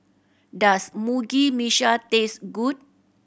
does Mugi taste good